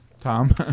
Tom